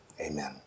Amen